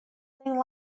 thing